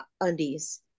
undies